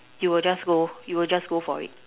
you will just go you will just go for it